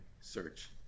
search